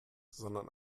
sondern